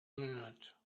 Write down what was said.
minute